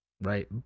right